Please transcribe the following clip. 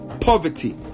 Poverty